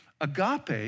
agape